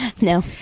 No